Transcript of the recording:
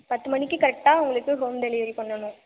பத்து மணிக்கு கரெக்டாக உங்களுக்கு ஹோம் டெலிவரி பண்ணணும்